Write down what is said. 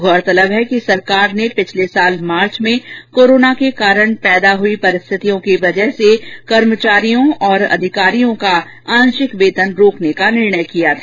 गौरतलब है कि सरकार ने पिछले साल मार्च में कोरोना के कारण उत्पन्न हुई परिस्थितियों के कारण कर्मचारियों तथा अधिकारियों का आंशिक वेतन रोकने का निर्णय किया था